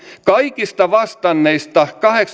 kaikista vastanneista